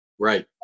Right